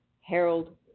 Harold